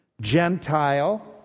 Gentile